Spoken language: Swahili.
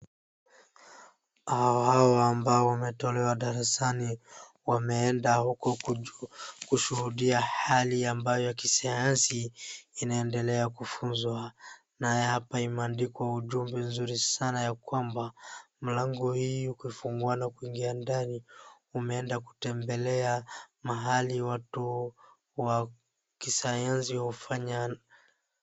Hawa ambao wametolewa darasani wameenda kushuhudia halii ambayo kisayansi inaendelea kufunzwa. Na hapa imeandikwa ujumbe nzuri sana ya kwamba mlango hii ukifungua na ukiingia ndani umeenda kutembelea mahali watu wa kisayansi hufanya.